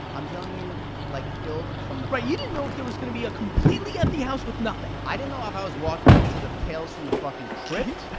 i'm telling you like filled from the front right you didn't know if there was gonna be a completely empty house with nothing. i didn't know if i was walking into the tales from the fucking crypt,